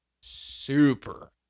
super